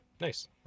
nice